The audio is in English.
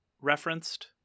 referenced